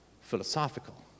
philosophical